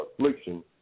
affliction